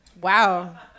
wow